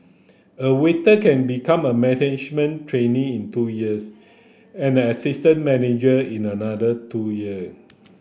a waiter can become a management trainee in two years and an assistant manager in another two year